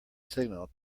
signal